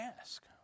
ask